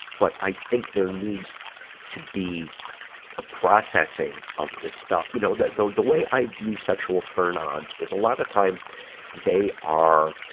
but i think there needs to be a processing of this stuff. you know, the, the, the, the way i view sexual turn-ons is, a lot of times they are,